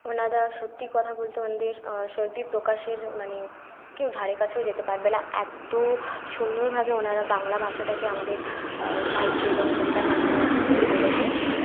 ওনাদা সত্যি কথা বলতে ওনাদের শৈল্পিক প্রকাশের মানে কেউ ধারে কাছেও যেতে পারবে না এত্ত সুন্দরভাবে ওনারা বাংলা ভাষাটাকে আমাদের সাহিত্য এবং কবিতার মাধ্যমে ফুটিয়ে তুলেছেন